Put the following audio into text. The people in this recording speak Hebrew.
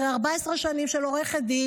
אחרי 14 שנים של עריכת דין,